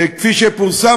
כפי שפורסם,